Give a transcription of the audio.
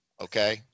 okay